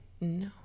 No